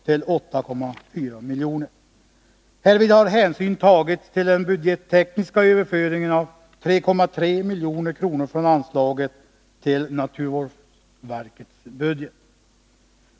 till 8,4 miljoner. Härvid har hänsyn tagits till den budgettekniska överföringen av 3,3 milj.kr. från anslaget till naturvårdsverkets budget.